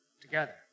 together